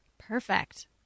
Perfect